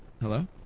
Hello